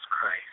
Christ